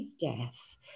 death